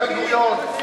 לא בן-גוריון,